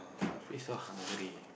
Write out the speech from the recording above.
I feel so hungry